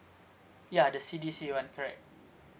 ya the C_D_C one correct